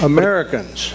Americans